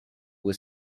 was